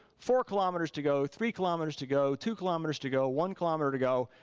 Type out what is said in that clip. four kilometers to go. three kilometers to go, two kilometers to go, one kilometer to go,